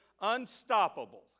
Unstoppable